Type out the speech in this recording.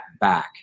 back